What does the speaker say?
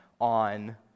on